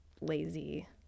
lazy